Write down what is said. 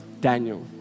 Daniel